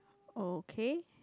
okay